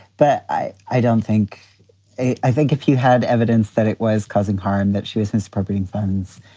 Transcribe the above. but i i don't think i i think if you had evidence that it was causing harm, that she was misappropriating funds,